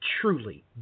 truly